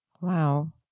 Wow